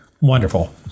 Wonderful